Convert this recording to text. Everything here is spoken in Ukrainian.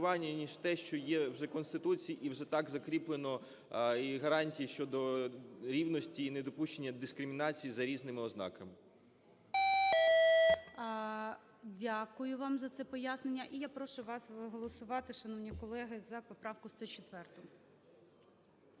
ніж те, що є вже в Конституції і вже й так закріплено, і гарантії щодо рівності і недопущення дискримінації за різними ознаками. ГОЛОВУЮЧИЙ. Дякую вам за це пояснення. І я прошу вас голосувати, шановні колеги, за поправку 104.